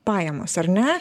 pajamos ar ne